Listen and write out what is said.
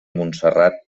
montserrat